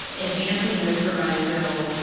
advancing this proviso,